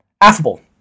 Affable